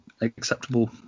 acceptable